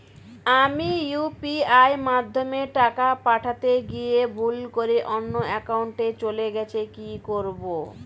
আমি ইউ.পি.আই মাধ্যমে টাকা পাঠাতে গিয়ে ভুল করে অন্য একাউন্টে চলে গেছে কি করব?